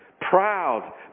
proud